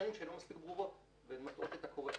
שנים שהם לא מספיק ברורות ומטעות את הקורא.